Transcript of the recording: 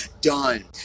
done